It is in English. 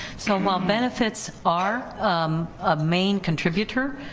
so while benefits are a main contributor,